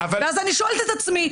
ואז אני שואלת את עצמי,